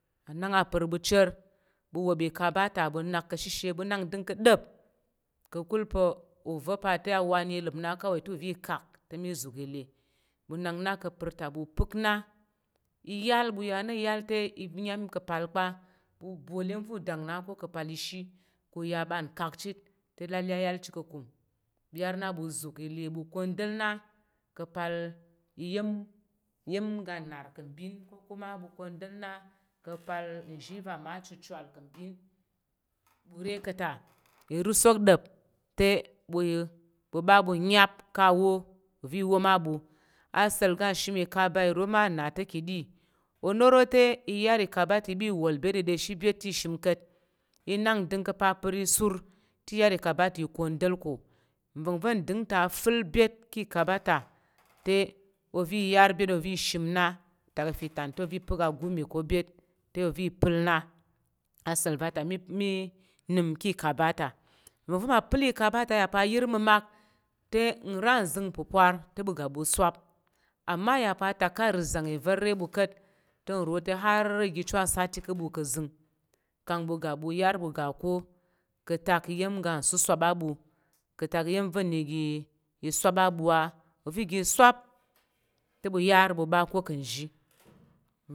Anang a par ɓu chər ɓu wop ika ɓa ta ɓu nak ka̱ shishe ɓu nak ndəng dap kakul pa uza̱ pa̱ te a wani lap na kawai te uzi kak te mi zuk ile ɓu nak na kapar ta ɓu pak na iyal ɓu ya na iyal te iva̱ iyal ka pal pa bu bul va̱ udong na ko ka pal ishi ku ya ban kang cit te lele ayal cit ka kum ɓu yal na bu zuk ile ɓu kundel nka ka pal iya̱m iya̱m ga nar ka mbin ka kuma bu kandel na kapal uzhi va̱ ma chuchal ka mbin bu re ka̱ ta i rusuk dəp te bu bu babu nyek kawo nvi wom abu asalka shim i ka̱ ɓa iro ma nna ta̱ ka̱ ɗiɗi ono rote iyar i ka̱ ɓa te ibewal byet i ɗa̱she byet te shimkat inak dəng ka pa par i sor te yar i ka̱ ɓa ta ikundel ko nva̱nva̱ng din ta fal byet ki ka̱ ɓa ta te ova̱ yar va̱ ovi shim na tak ife tan te ovi pak a gumi ko byet te ovi pal na a sa̱l va̱ ta̱ mi mi nəm ki ka̱ ɓa ta nva̱nva̱ mal pal i kaba ta ya pa̱ a yər mamak te ira nzəng pupur te ɓu ga ɓu swap ama aya pa atak ka ri zəng ivar re ɓu kat te nro te har iga chu a sati ka̱ ɓu ka̱ zəng kang ɓu ga bu yar ɓu ga ko ka tak iya̱m ga susup a bu ka̱ tak iya̱m va̱ na ga i sup abu a ova̱ ga sup te ɓu yar ɓu ɓa ko ka̱ nzhi.